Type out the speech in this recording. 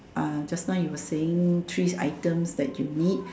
uh just now you were saying threes items that you need